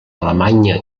alemanya